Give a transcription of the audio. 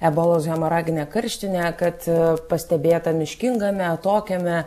ebolos hemoragine karštine kad pastebėta miškingame atokiame